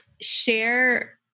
share